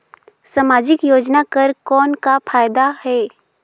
समाजिक योजना कर कौन का फायदा है?